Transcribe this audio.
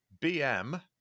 BM